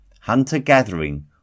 Hunter-gathering